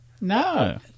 No